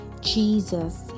Jesus